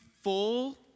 full